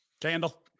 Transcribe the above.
Candle